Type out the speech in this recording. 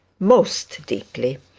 most deeply.